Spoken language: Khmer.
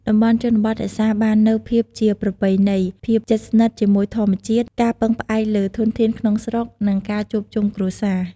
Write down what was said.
តំបន់ជនបទរក្សាបាននូវភាពជាប្រពៃណី ភាពជិតស្និទ្ធជាមួយធម្មជាតិ ការពឹងផ្អែកលើធនធានក្នុងស្រុក និងការជួបជុំគ្រួសារ។